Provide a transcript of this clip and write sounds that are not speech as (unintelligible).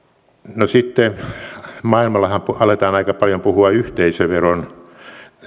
(unintelligible) maailmallahan aletaan aika paljon puhua yhteisöveron